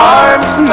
arms